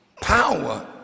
power